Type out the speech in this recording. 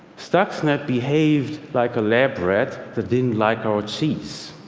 stuxnet behaved like a lab rat that didn't like our cheese